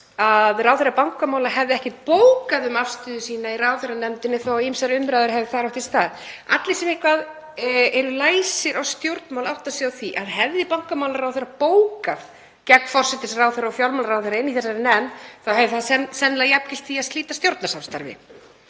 að ráðherra bankamála hefði ekkert bókað um afstöðu sína í ráðherranefndinni þótt ýmsar umræður hefðu þar átt sér stað. Allir sem eitthvað eru læsir á stjórnmál átta sig á því að hefði bankamálaráðherra bókað gegn forsætisráðherra og fjármálaráðherra inni í nefndinni þá hefði það sennilega jafngilt því að slíta stjórnarsamstarfi.